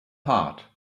heart